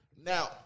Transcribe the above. Now